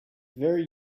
very